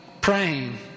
praying